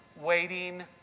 Waiting